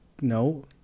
No